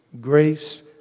grace